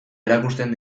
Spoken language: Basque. erakusten